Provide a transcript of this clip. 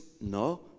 No